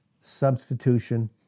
Substitution